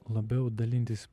labiau dalintis